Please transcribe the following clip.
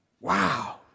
Wow